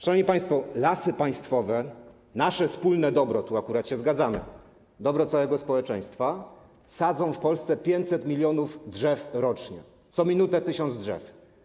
Szanowni państwo, Lasy Państwowe, nasze wspólne dobro, tu akurat się zgadzamy, dobro całego społeczeństwa, sadzą w Polsce 500 mln drzew rocznie, co minutę 1 tys. drzew.